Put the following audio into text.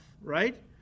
right